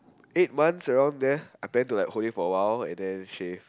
eight months around there I plan to hold it for awhile and then shave